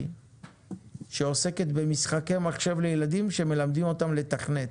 היא עוסקת במשחקי מחשב לילדים שמלמדים אותם לתכנת.